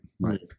right